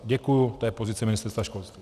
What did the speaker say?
Děkuji, to je pozice Ministerstva školství.